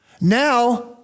Now